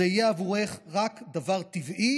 זה יהיה עבורך רק דבר טבעי